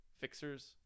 fixers